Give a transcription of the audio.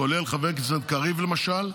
כולל חבר הכנסת קריב, למשל.